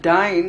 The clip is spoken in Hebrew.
עדיין,